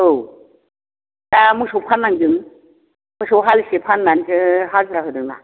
औ दा मोसौ फाननांदों मोसौ हालिसे फाननानैसो हाजिरा होदोंना